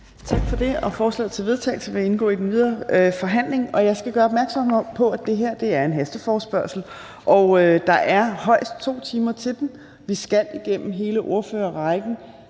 Tak for det. Forslaget til vedtagelse vil indgå i den videre forhandling. Og jeg skal gøre opmærksom på, at det her er en hasteforespørgsel, og der er højst 2 timer til den. Vi skal igennem hele ordførerrækken